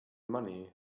money